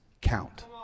count